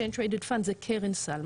exchange traded fund זה קרן סל.